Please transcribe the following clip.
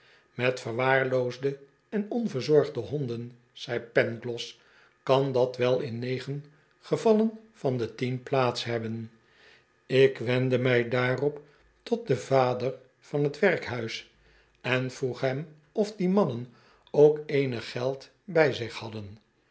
met verwaarloosde en onverzorgde honden zei pangloss kan dat wel in negen gevallen van de tien plaats hebben ik wendde mij daarop tot den vader van t werkhuis en vroeg hem of die mannen ook eenig geld bij ach hadden